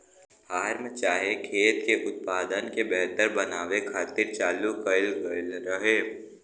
form चाहे खेत के उत्पादन के बेहतर बनावे खातिर चालू कएल गएल रहे